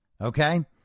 Okay